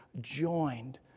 joined